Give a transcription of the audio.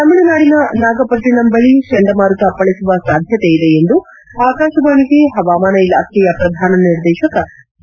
ತಮಿಳುನಾಡಿನ ನಾಗಪಟ್ಟಣಂ ಬಳಿ ಚಂಡಮಾರುತ ಅಪ್ಪಳಿಸುವ ಸಾಧ್ಯತೆ ಇದೆ ಎಂದು ಆಕಾಶವಾಣಿಗೆ ಹವಾಮಾನ ಇಲಾಖೆಯ ಪ್ರಧಾನ ನಿರ್ದೇಶಕ ಕೆ